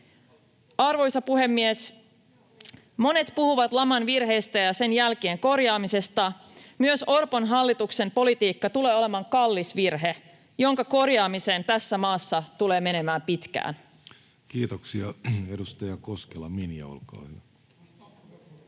Arvoisa puhemies! Monet puhuvat laman virheistä ja sen jälkien korjaamisesta. Myös Orpon hallituksen politiikka tulee olemaan kallis virhe, jonka korjaamiseen tässä maassa tulee menemään pitkään. [Speech